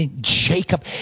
Jacob